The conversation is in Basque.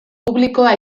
publikoa